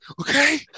Okay